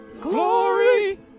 Glory